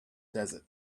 desert